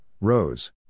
rose